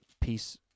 piece